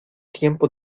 tiempo